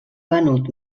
venut